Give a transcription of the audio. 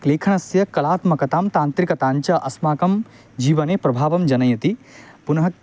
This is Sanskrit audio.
लेखनस्य कलात्मकतां तान्त्रिकताञ्च अस्माकं जीवने प्रभावं जनयति पुनः